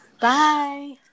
bye